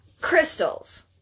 Crystals